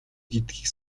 гэдгийг